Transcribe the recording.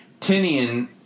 tinian